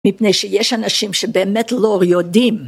מפני שיש אנשים שבאמת לא יודעים.